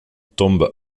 tombe